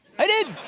i did!